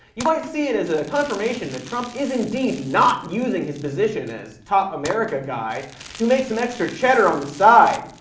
you might see it as a confirmation that trump is indeed not using his position as top america guy to make some extra cheddar on the side.